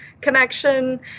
connection